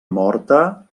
morta